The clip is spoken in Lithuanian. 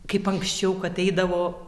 kaip anksčiau kad eidavo